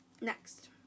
Next